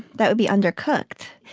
that would be undercooked.